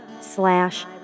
slash